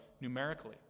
numerically